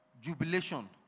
Jubilation